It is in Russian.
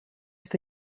это